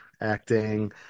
acting